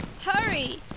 Hurry